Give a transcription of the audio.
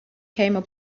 they